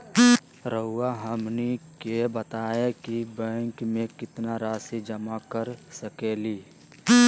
रहुआ हमनी के बताएं कि बैंक में कितना रासि जमा कर सके ली?